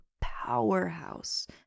powerhouse